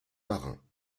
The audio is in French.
marins